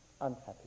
unhappy